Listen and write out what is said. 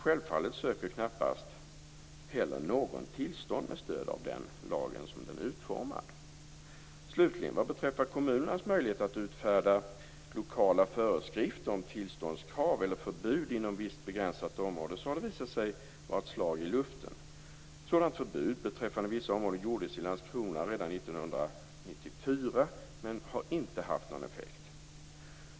Självfallet söker heller knappast någon tillstånd med stöd av den lagen så som den är utformad. Kommunernas möjligheter att utfärda lokala föreskrifter om tillståndskrav eller förbud inom visst begränsat område har visat sig vara ett slag i luften. Landskrona 1994, men har inte haft någon effekt.